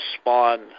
spawn